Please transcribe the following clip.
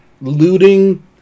looting